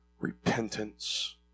Repentance